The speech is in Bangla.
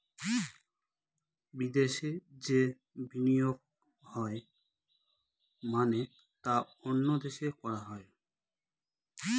বিদেশে যে বিনিয়োগ হয় মানে তা অন্য দেশে করা হয়